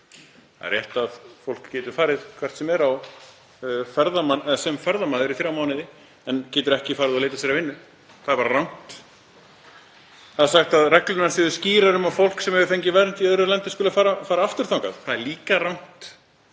Það er rétt að fólk getur farið hvert sem er sem ferðamaður í þrjá mánuði en hann getur ekki farið og leitað sér að vinnu. Það er bara rangt. Það er sagt að reglurnar séu skýrar um að fólk sem fengið hefur vernd í öðru landi skuli fara aftur þangað. Það er líka rangt,